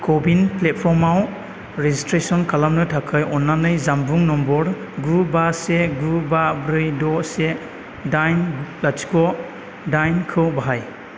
क'विन प्लेटफर्मआव रेजिस्ट्रेसन खालामनो थाखाय अन्नानै जानबुं नम्बर गु बा से गु बा ब्रै द' से दाइन लाथिख' दाइन खौ बाहाय